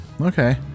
okay